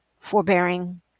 forbearing